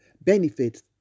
benefits